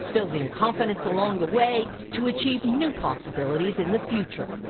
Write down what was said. building confidence along the way to achieve new possibilities in the future.